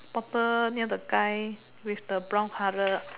bottle near the guy with the brown colour